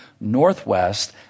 northwest